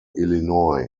illinois